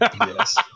Yes